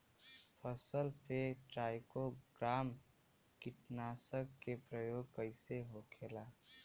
फसल पे trichogramma कीटनाशक के प्रयोग कइसे होखेला?